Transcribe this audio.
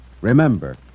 Remember